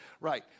Right